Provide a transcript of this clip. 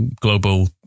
global